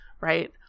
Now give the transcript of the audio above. right